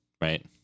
right